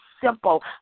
simple